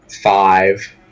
Five